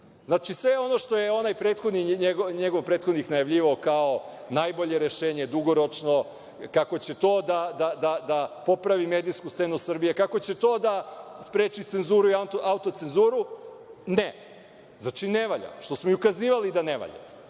Znači, sve ono što je onaj prethodnik najavljivao kao najbolje rešenje, dugoročno, kako će to da popravi medijsku scenu Srbije, kako će to da spreči cenzuru i autocenzuru – ne, ne valja, što smo i ukazivali da ne valja. Sada